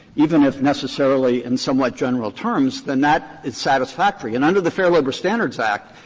even if necessarily in somewhat general terms, then that is satisfactory. and under the fair labor standards act,